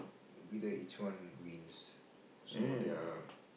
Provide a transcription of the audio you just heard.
be the each one wins so there're